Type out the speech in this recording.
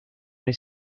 les